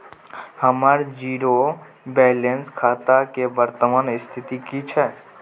हमर zero balance खाता के वर्तमान स्थिति की छै?